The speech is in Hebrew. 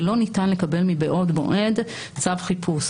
ולא ניתן לקבל מבעוד מועד צו חיפוש.